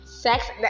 sex